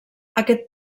aquest